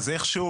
אז איכשהו